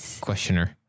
questioner